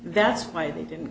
that's why they didn't